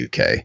UK